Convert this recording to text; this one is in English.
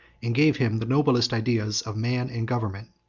and gave him the noblest ideas of man and government.